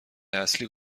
اصلی